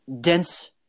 dense